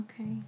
okay